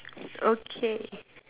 okay